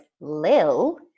Lil